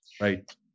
Right